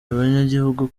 abanyagihugu